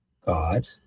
God